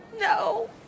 No